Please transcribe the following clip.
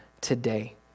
today